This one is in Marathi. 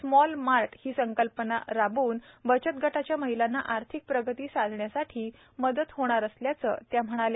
स्मॉलमार्ट हीसंकल्पनाराबव्नबचतगटाच्यामहिलांनाआर्थिकप्रगतीसाधण्यासाठीमदतहोणारअसल्या चंत्याम्हणाल्या